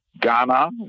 Ghana